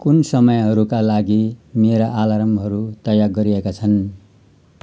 कुन समयहरूका लागि मेरा अलार्महरू तय गरिएका छन्